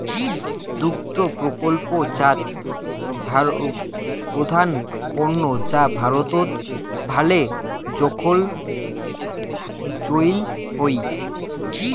দুগ্ধ প্রকল্পজাত প্রধান পণ্য যা ভারতত ভালে জোখন চইল হই